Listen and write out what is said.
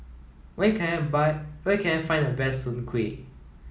where can I buy where can I find the best Soon Kueh